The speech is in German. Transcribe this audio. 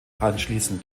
anschließend